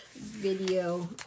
video